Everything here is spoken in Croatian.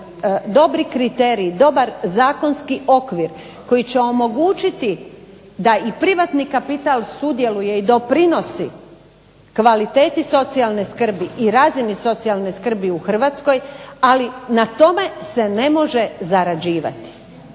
dobri kriterij, dobar zakonski okvir koji će omogućiti da i privatni kapital sudjeluje i doprinosi kvaliteti socijalne skrbi i razini socijalne skrbe u Hrvatskoj, ali na tome se ne može zarađivati.